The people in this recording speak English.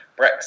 Brexit